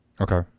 Okay